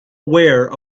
aware